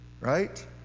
right